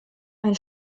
ein